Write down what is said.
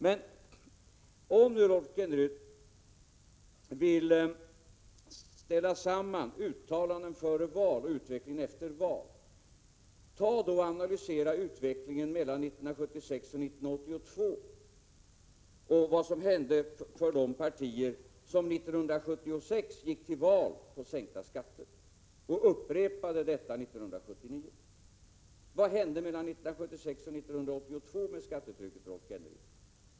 Men om nu Rolf Kenneryd vill ställa samman uttalanden före val och utvecklingen efter val, ta då och analysera utvecklingen mellan 1976 och 1982 och vad som hände för de partier som 1976 gick till val på sänkta skatter och upprepade detta 1979. Vad hände mellan 1976 och 1982 med skattetrycket, Rolf Kenneryd?